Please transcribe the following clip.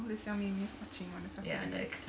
all these 哥哥 watching on a saturday night